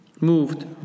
moved